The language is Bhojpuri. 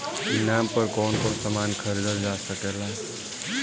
ई नाम पर कौन कौन समान खरीदल जा सकेला?